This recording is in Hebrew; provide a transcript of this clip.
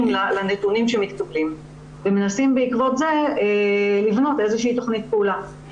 לנתונים שמתקבלים ובעקבות זה מנסים לבנות איזושהי תכנית פעולה.